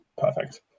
Perfect